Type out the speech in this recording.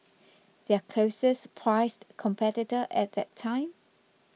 their closest priced competitor at that time